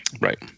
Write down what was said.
right